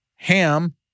Ham